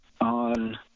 on